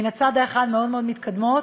מהצד האחד מאוד מאוד מתקדמות,